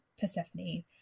Persephone